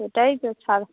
সেটাই তো ছাড়ো